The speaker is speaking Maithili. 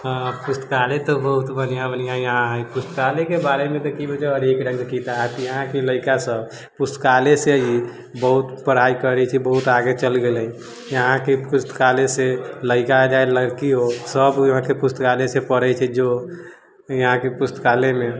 पुस्तकालय तऽ बहुत बढ़िआँ बढ़िआँ यहाँ है पुस्तकालयके बारेमे तऽ की बताउ हरेक रङ्ग किताब यहाँ की यहाँके लड़िका सब पुस्तकालयसँ ही बहुत पढ़ाइ करै छै बहुत आगे चलि गेलै यहाँके पुस्तकालयसँ लड़िका चाहे लड़की होइ सब कोइ पुस्तकालयसँ पढ़ै छै जो यहाँके पुस्तकालयमे